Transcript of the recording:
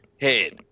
head